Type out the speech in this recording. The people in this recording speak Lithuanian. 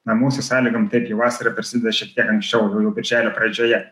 na mūsų sąlygom taip jau vasara prasideda šiek tiek anksčiau jau jau birželio pradžioje